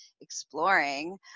exploring